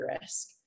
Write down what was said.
risk